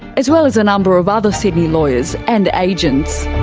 as well as a number of other sydney lawyers and agents.